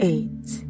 Eight